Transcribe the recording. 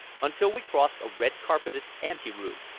until we crossed a red-carpeted ante-room,